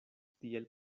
tiel